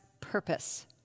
purpose